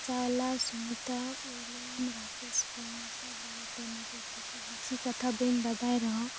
ᱠᱚᱞᱯᱚᱱᱟ Chawla Sunita Williams Rakesh Parmeshwar ᱵᱟᱨᱮ ᱛᱮ ᱱᱩᱠᱩ ᱠᱤᱪᱩ ᱵᱤᱥᱤ ᱠᱟᱛᱷᱟ ᱵᱟᱹᱧ ᱵᱟᱰᱟᱭ ᱨᱮᱦᱚᱸ